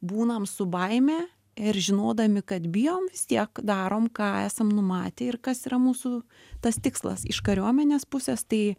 būnam su baime ir žinodami kad bijom vis tiek darom ką esam numatę ir kas yra mūsų tas tikslas iš kariuomenės pusės tai